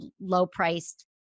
low-priced